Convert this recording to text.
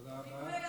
תודה רבה.